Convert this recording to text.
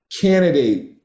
candidate